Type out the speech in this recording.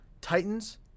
Titans